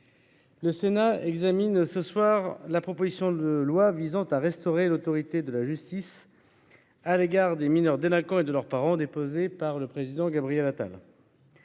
le Sénat examine ce soir la proposition de loi visant à restaurer l’autorité de la justice à l’égard des mineurs délinquants et de leurs parents, déposée par le président Gabriel Attal.